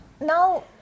now